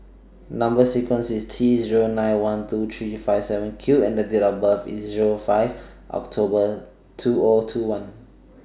Number sequence IS T Zero nine one two three five seven Q and Date of birth IS Zero five October two O two one